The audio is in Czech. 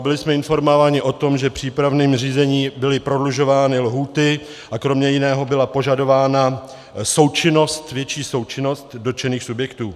Byli jsme informováni o tom, že v přípravném řízení byly prodlužovány lhůty a kromě jiného byla požadována větší součinnost dotčených subjektů.